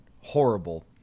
horrible